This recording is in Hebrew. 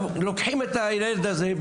לוקחים את הילד הזה,